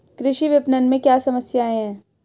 कृषि विपणन में क्या समस्याएँ हैं?